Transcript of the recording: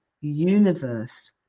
universe